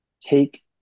take